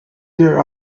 there